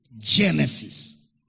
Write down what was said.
Genesis